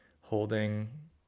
holding